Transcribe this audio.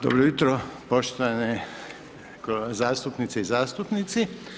Dobro jutro, poštovane zastupnice i zastupnici.